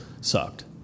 sucked